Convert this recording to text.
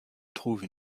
trouve